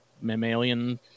mammalian